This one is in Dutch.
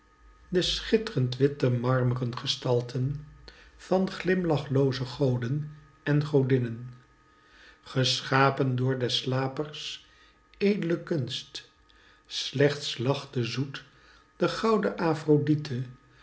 de schittrend witte marmeren gestalten van glimlachlooze goden en godinnen geschapen door des slapers eedle kunst slechts lachte zoet de goudene